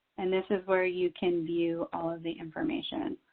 and this is where you can view all of the information.